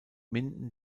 minden